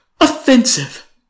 offensive